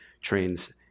trains